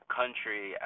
country